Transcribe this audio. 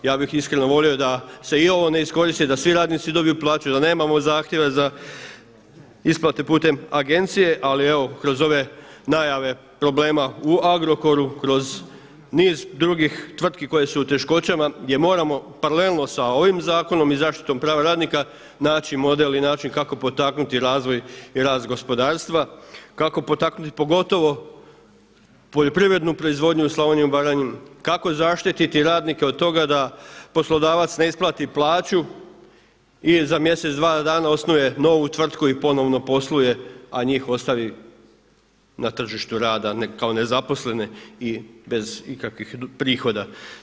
Ja bih iskreno volio da se i ovo ne iskoristi, da svi radnici dobiju plaću, da nemamo zahtjeve za isplate putem agencije, ali evo kroz ove najave problema u Agrokoru, kroz niz drugih tvrtki koje su u teškoćama gdje moramo paralelno sa ovim zakonom i zaštitom prava radnika naći model i način kako potaknuti razvoj i rast gospodarstva, kako potaknuti pogotovo poljoprivrednu proizvodnju u Slavoniji i Baranji, kako zaštititi radnike od toga da poslodavac ne isplati plaću i za mjesec, dva dana osnuje novu tvrtku i ponovno posluje, a njih ostavi na tržištu rada kao zaposlene i bez ikakvih prihoda.